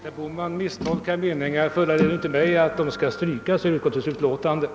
Att herr Bohman misstolkar vissa meningar i utskottets utlåtande föranleder inte mig att begära att de skall strykas.